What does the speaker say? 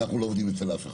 אנחנו לא עובדים אצל אף אחד,